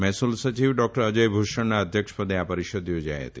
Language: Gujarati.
મહેસુલ સચિવ ડોકટર અજય ભુષણના અધ્યક્ષ પદે આ પરિષદ થોજાઇ હતી